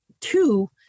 two